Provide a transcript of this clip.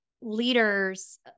leaders